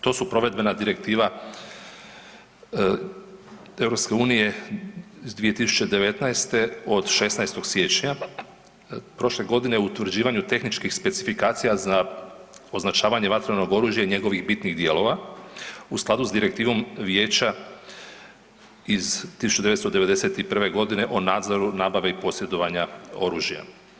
To su Provedbena direktiva EU iz 2019. od 16. siječnja prošle godine, o utvrđivanju tehničkih specifikacija za označavanje vatrenog oružja i njegovih bitnih dijelova, u skladu s Direktivom vijeća iz 1991. g. o nadzoru, nabavi i posjedovanja oružja.